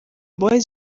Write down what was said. boys